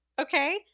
okay